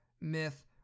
myth